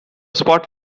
spot